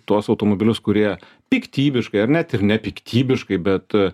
tuos automobilius kurie piktybiškai ar net ir nepiktybiškai bet